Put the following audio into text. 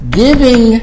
giving